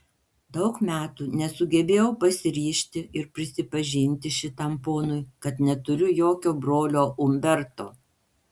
daug metų nesugebėjau pasiryžti ir prisipažinti šitam ponui kad neturiu jokio brolio umberto